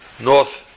north